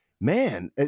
man